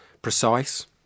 precise